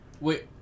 Wait